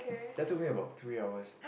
that took me about three hours